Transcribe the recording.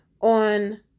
on